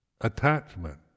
attachment